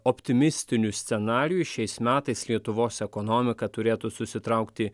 optimistiniu scenariju šiais metais lietuvos ekonomika turėtų susitraukti